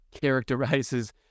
characterizes